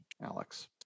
Alex